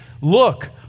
look